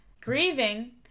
grieving